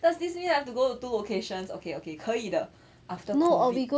does this mean I have to go to two locations okay okay 可以的 after COVID